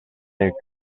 texts